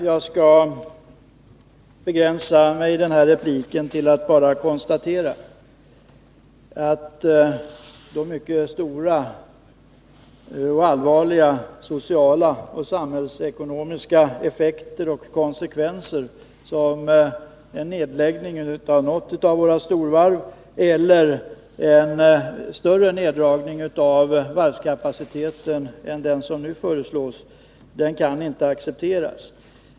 Jag skall i den här repliken begränsa mig till att bara konstatera att de mycket stora och allvarliga sociala och samhällsekonomiska effekter och konsekvenser som en nedläggning av något av våra storvarv eller en större neddragning av varvskapaciteten än som nu föreslås inte kan accepteras.